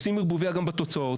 עושים ערבוביה גם בתוצאות.